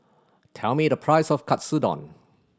tell me the price of Katsudon